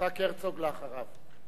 יצחק הרצוג אחריו.